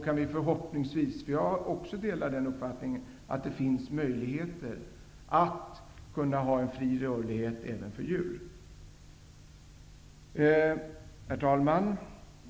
Jag delar uppfattningen att det finns möjligheter att ha fri rörlighet även för djur. Herr talman!